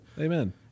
Amen